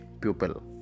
pupil